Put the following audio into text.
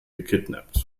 gekidnappt